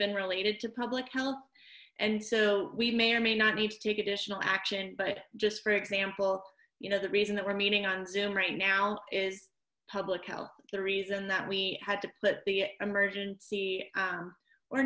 been related to public health and so we may or may not need to take additional action but just for example you know the reason that we're meeting on zoom right now is public health the reason that we had to put the emergency